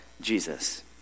Jesus